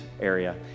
area